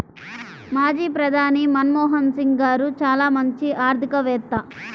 మాజీ ప్రధాని మన్మోహన్ సింగ్ గారు చాలా మంచి ఆర్థికవేత్త